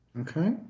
Okay